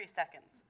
seconds